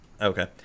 Okay